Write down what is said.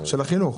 כן.